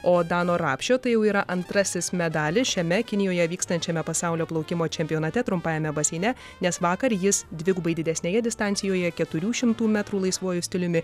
o dano rapšio tai jau yra antrasis medalis šiame kinijoje vykstančiame pasaulio plaukimo čempionate trumpajame baseine nes vakar jis dvigubai didesnėje distancijoje keturių šimtų metrų laisvuoju stiliumi